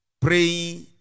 Pray